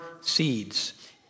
seeds